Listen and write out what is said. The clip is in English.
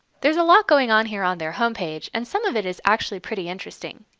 there is a lot going on here on their homepage, and some of it is actually pretty interesting.